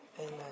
Amen